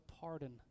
pardon